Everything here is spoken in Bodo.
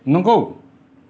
नोंगौ